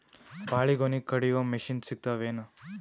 ಬಾಳಿಗೊನಿ ಕಡಿಯು ಮಷಿನ್ ಸಿಗತವೇನು?